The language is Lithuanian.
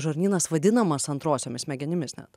žarnynas vadinamas antrosiomis smegenimis net